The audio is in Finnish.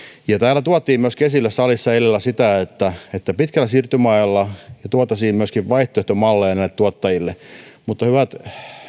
täällä salissa tuotiin eilen illalla esille myöskin sitä että että pitkällä siirtymäajalla tuotaisiin myöskin vaihtoehtomalleja näille tuottajille mutta hyvät